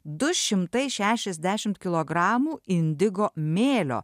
du šimtai šešiasdešim kilogramų indigo mėlio